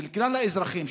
אצל כלל האזרחים,